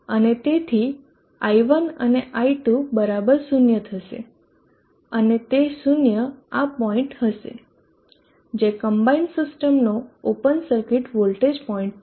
અને તેથી i1 અને i2 બરાબર 0 થશે અને તે 0 આ પોઈન્ટ હશે જે કમ્બાઈન્ડ સિસ્ટમનો ઓપન સર્કિટ વોલ્ટેજ પોઇન્ટ છે